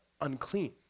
unclean